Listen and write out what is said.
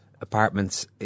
apartments